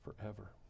forever